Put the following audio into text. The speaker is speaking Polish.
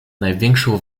największą